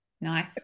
Nice